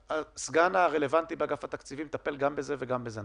הסגן הרלוונטי באגף התקציבים מטפל גם בחינוך וגם ברווחה,